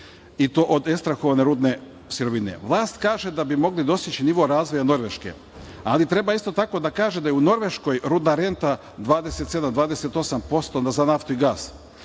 i to od ekstrahovane rudne sirovine, vlast kaže da bi mogli dostići nivo razvoja Norveške, ali treba isto tako da kaže da je u Norveškoj rudna renta 27, 28% za naftu i gas.